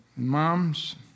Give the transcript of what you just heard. Moms